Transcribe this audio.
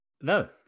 No